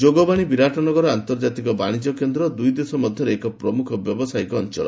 Jogbani Biratnagar ଆନ୍ତର୍ଜାତିକ ବାଶିଜ୍ୟ କେନ୍ଦ୍ର ଦୁଇ ଦେଶ ମଧ୍ୟରେ ଏକ ପ୍ରମୁଖ ବ୍ୟବସାୟିକ ଅଞ୍ଚଳ